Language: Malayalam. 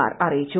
ആർ ആറിയിച്ചു